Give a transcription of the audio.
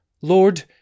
Lord